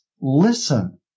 listen